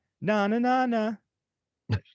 Na-na-na-na